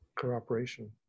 cooperation